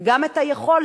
וגם את היכולת,